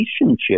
relationship